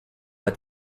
bas